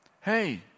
Hey